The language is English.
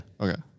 Okay